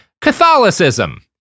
Catholicism